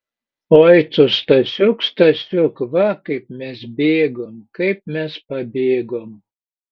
oi tu stasiuk stasiuk va kaip mes bėgom kaip mes pabėgom